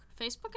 Facebook